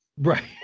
Right